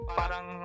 parang